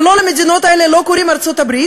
ולא, למדינות האלה לא קוראים ארצות-הברית,